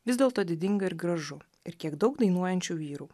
vis dėlto didinga ir gražu ir kiek daug dainuojančių vyrų